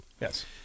yes